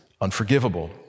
unforgivable